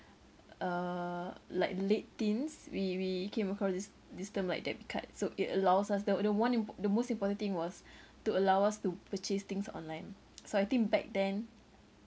uh like late teens we we came across this this term like debit card so it allows us the the one impor~ the most important thing was to allow us to purchase things online so I think back then